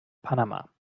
panama